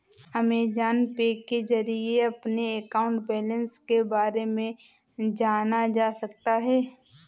Amazon Pay के जरिए अपने अकाउंट बैलेंस के बारे में जाना जा सकता है